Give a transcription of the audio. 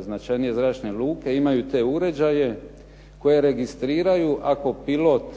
značajnije zračne luke imaju te uređaje koje registriraju ako pilot